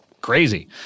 Crazy